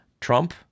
Trump